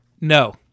no